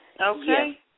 Okay